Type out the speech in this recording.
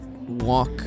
walk